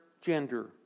gender